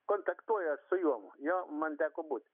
kontaktuoja su juo jo man teko būti